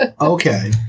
Okay